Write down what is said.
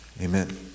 Amen